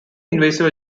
invasive